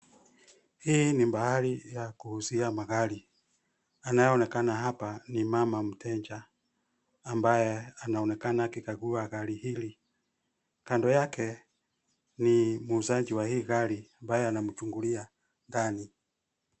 Hii ni mahali ya kuuzia gari. Anayeonekana hapa ni mama mteja ambaye anaonekana akiikagua gari hili. Kando yake ni muuzaji wa hii gari, ambaye anamchungulia ndani.